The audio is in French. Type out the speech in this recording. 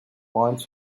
peints